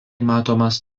matomas